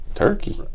Turkey